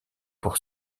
pour